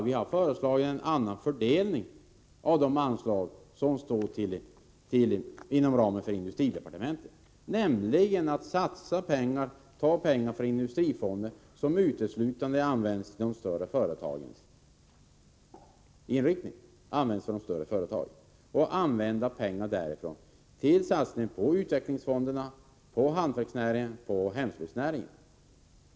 Vi har föreslagit en annan fördelning av de anslag som finns inom ramen för industridepartementets verksamhetsområde, nämligen att man skall ta pengar från Industrifonden, som uteslutande används för de större företagen, för satsningar på utvecklingsfonderna, på hantverksnäringen och hemslöjdsnäringen.